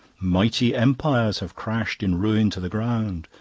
mighty empires have crashed in ruin to the ground,